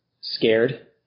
scared